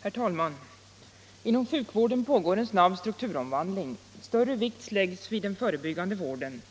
Herr talman! Inom sjukvården pågår en snabb strukturomvandling. Större vikt läggs vid den förebyggande vården.